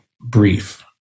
brief